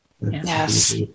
Yes